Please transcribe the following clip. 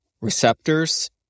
receptors